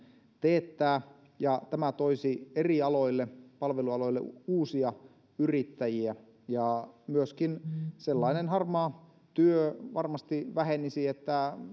teettää tämä toisi eri palvelualoille uusia yrittäjiä ja myöskin sellainen harmaa työ varmasti vähenisi että